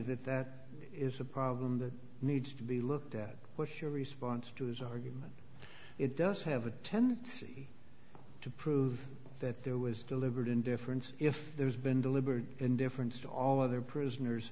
that that is a problem that needs to be looked at bushehr response to his argument it does have a tendency to prove that there was deliberate indifference if there's been deliberate indifference to all other prisoners